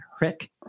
Rick